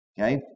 Okay